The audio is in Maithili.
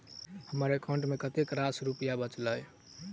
हम्मर एकाउंट मे कतेक रास रुपया बाचल अई?